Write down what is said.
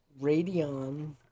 Radeon